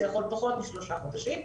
זה יכול פחות משלושה חודשים,